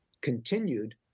continued